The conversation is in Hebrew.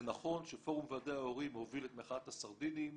זה נכון שפורום ועדי ההורים הוביל את מחאת הסרדינים,